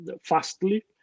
fastly